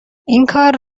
اینکار